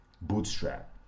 bootstrap